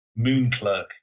Moonclerk